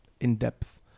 in-depth